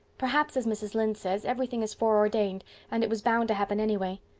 perhaps, as mrs. lynde says, everything is foreordained and it was bound to happen anyway.